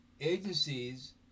agencies